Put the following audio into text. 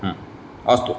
हम् अस्तु